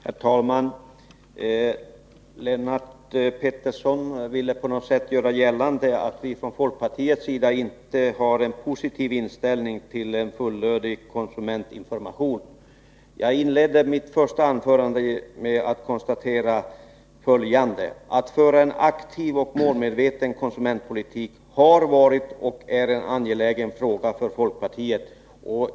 Herr talman! Lennart Pettersson ville på något sätt göra gällande att vi från folkpartiets sida inte har en positiv inställning till en fullödig konsumentinformation. Jag inledde mitt första anförande med att konstatera följande. Att föra en aktiv och målmedveten konsumentpolitik har varit och är en angelägen fråga för folkpartiet.